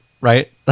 Right